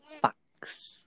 Fox